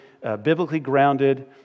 biblically-grounded